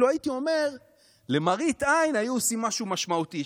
אם הייתי אומר שלמראית עין עושים משהו משמעותי,